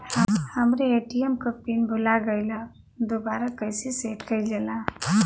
हमरे ए.टी.एम क पिन भूला गईलह दुबारा कईसे सेट कइलजाला?